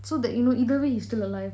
so that you know either way you still alive